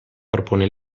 propone